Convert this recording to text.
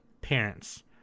parents